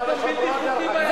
גם ביהודה ושומרון, דרך אגב.